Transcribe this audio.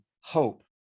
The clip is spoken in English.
hope